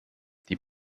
die